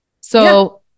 So-